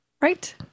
right